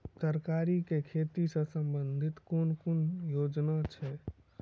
तरकारी केँ खेती सऽ संबंधित केँ कुन योजना छैक?